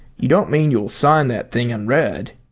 you don't mean you will sign that thing unread?